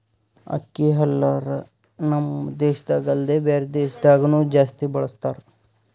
ಅಕ್ಕಿ ಹಲ್ಲರ್ ನಮ್ ದೇಶದಾಗ ಅಲ್ದೆ ಬ್ಯಾರೆ ದೇಶದಾಗನು ಜಾಸ್ತಿ ಬಳಸತಾರ್